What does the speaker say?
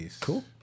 Cool